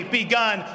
begun